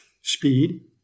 speed